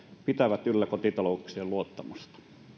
pitävät yllä kotitalouksien luottamusta